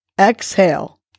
Exhale